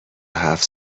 هفت